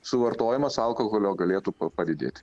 suvartojimas alkoholio galėtų pa padidėti